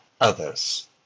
others